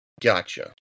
Gotcha